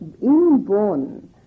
inborn